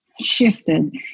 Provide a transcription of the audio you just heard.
shifted